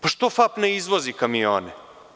Zašto FAP ne izvozi kamione?